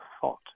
thought